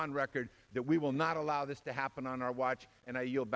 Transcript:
on record that we will not allow this to happen on our watch and